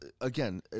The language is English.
again